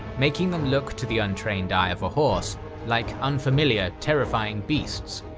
making them look to the untrained eye of a horse like unfamiliar, terrifying beasts.